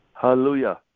Hallelujah